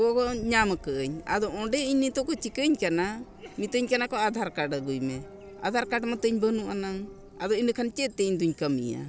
ᱠᱚᱠᱚ ᱧᱟᱢ ᱠᱟᱜ ᱟᱹᱧ ᱟᱫᱚ ᱚᱸᱰᱮ ᱤᱧ ᱱᱤᱛᱳᱜ ᱠᱚ ᱪᱤᱠᱟᱹᱧ ᱠᱟᱱᱟ ᱢᱤᱛᱟᱹᱧ ᱠᱟᱱᱟ ᱠᱚ ᱟᱫᱷᱟᱨ ᱠᱟᱨᱰ ᱟᱹᱜᱩᱭ ᱢᱮ ᱟᱫᱷᱟᱨ ᱠᱟᱨᱰ ᱢᱟᱛᱚᱧ ᱵᱟᱹᱱᱩᱜ ᱟᱱᱟᱝ ᱟᱫᱚ ᱤᱱᱟᱹᱠᱷᱟᱱ ᱪᱮᱫ ᱛᱮ ᱤᱧ ᱫᱩᱧ ᱠᱟᱹᱢᱤᱭᱟ